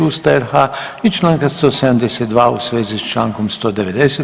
Ustava RH i članka 172. u svezi s člankom 190.